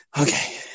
Okay